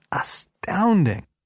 astounding